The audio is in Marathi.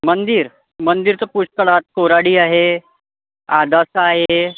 मंदिर मंदिर तर पुष्कळ आहेत कोराडी आहे आदसा आहे